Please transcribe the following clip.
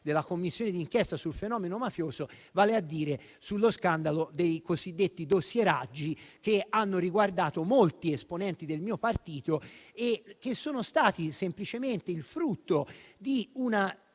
della Commissione di inchiesta sul fenomeno mafioso. Mi riferisco allo scandalo dei cosiddetti dossieraggi che hanno riguardato molti esponenti del mio partito e che sono stati semplicemente il frutto di un